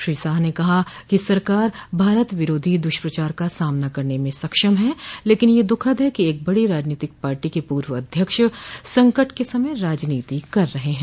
श्री शाह ने कहा कि सरकार भारत विरोधो द्वष्प्रचार का सामना करने में सक्षम है लेकिन यह दुखद है कि एक बडी राजनीतिक पार्टी के पूर्व अध्यक्ष संकट के समय राजनीति कर रहे हैं